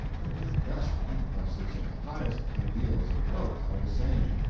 where the best impulses and highest ideals of both are the same?